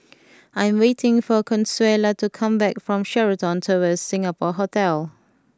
I am waiting for Consuela to come back from Sheraton Towers Singapore Hotel